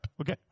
Okay